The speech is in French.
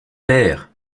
père